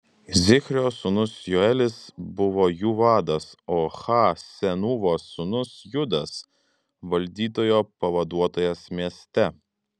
zichrio sūnus joelis buvo jų vadas o ha senūvos sūnus judas valdytojo pavaduotojas mieste